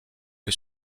que